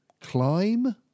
climb